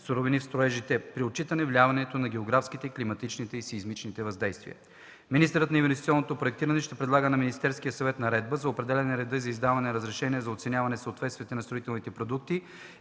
суровини в строежите при отчитане влиянието на географските, климатичните и сеизмичните въздействия. Министърът на инвестиционното проектиране ще предлага на Министерския съвет наредба за определяне на реда за издаване на разрешения за оценяване на съответствието на строителните продукти